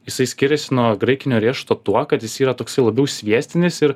jisai skiriasi nuo graikinio riešuto tuo kad jis yra toksai labiau sviestinis ir